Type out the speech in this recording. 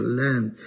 land